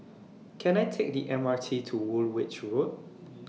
Can I Take The M R T to Woolwich Road